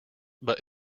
but